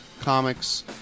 comics